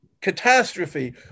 catastrophe